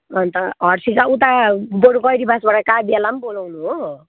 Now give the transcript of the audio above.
अन्त हर्सी र उता बरु गैरिबासबाट काव्यलाई पनि बोलाउनु हो